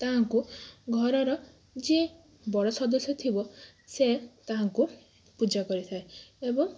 ତାଙ୍କୁ ଘରର ଯିଏ ବଡ଼ ସଦସ୍ୟ ଥିବ ସିଏ ତାଙ୍କୁ ପୂଜା କରିଥାଏ ଏବଂ